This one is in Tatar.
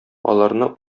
аларны